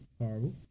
horrible